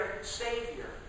Savior